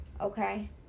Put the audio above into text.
okay